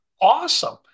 awesome